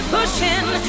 Pushing